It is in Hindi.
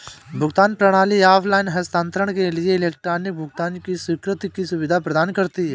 भुगतान प्रणाली ऑफ़लाइन हस्तांतरण के लिए इलेक्ट्रॉनिक भुगतान की स्वीकृति की सुविधा प्रदान करती है